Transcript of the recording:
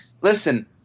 Listen